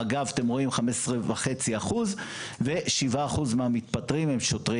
מג"ב 15.5%; 7% מהמתפטרים הם שוטרי